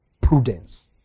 prudence